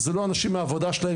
זה לא האנשים מהעבודה שלהם,